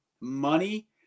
Money